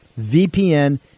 VPN